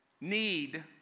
need